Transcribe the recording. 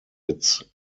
its